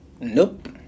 Nope